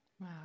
Wow